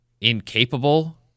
incapable